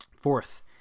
Fourth